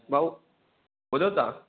भाऊ ॿुधो था